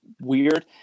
weird